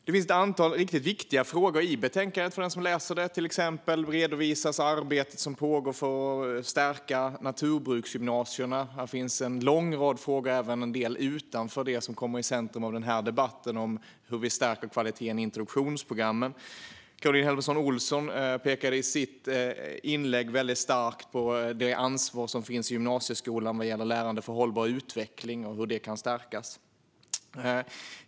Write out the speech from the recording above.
Det finns ett antal riktigt viktiga frågor i betänkandet. Till exempel redovisas det arbete som pågår för att stärka naturbruksgymnasierna. Här finns en lång rad frågor och även en del som ligger utanför det som kommer i centrum av denna debatt om hur vi stärker kvaliteten i introduktionsprogrammen. Caroline Helmersson Olsson pekade i sitt inlägg starkt på det ansvar som finns i gymnasieskolan vad gäller lärande för hållbar utveckling och hur det kan stärkas.